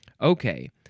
Okay